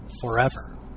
forever